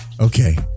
okay